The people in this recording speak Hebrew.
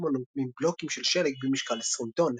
אמנות מבלוקים של שלג במשקל עשרים טון.